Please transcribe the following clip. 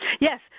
Yes